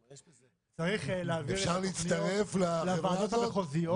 אפשר להצטרף לחברה הזאת?